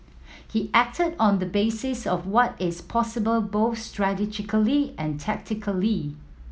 he acted on the basis of what is possible both strategically and tactically